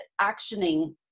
actioning